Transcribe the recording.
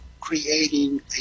creating